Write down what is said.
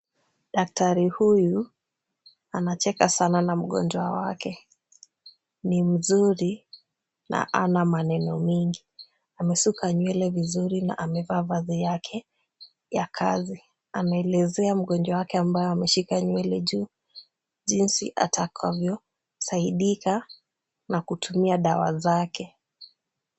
Daktari huyu anacheka sana na mgonjwa wake. Ni mzuri na hana maneno mingi. Amesuka nywele vizuri na amevaa vazi yake ya kazi. Anaelezea mgonjwa wake ambaye ameshika nywele juu, jinsi atakavyosaidika na kutumia dawa zake.